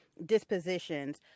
dispositions